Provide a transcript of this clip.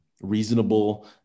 reasonable